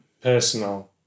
personal